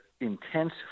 intense